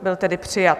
Byl tedy přijat.